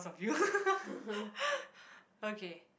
you okay